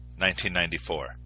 1994